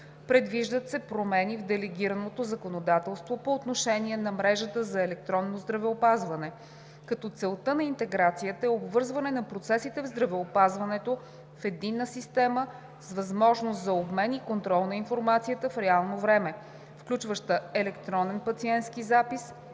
Предвиждат се промени в делегираното законодателство по отношение на Мрежата за електронно здравеопазване, като целта на интеграцията е обвързване на процесите в здравеопазването в единна система с възможност за обмен и контрол на информацията в реално време, включваща електронен пациентски запис,